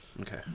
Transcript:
Okay